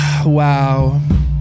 Wow